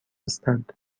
هستند